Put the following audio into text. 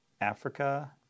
Africa